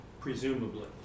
presumably